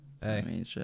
Hey